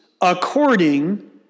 according